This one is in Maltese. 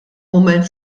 mument